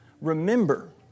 remember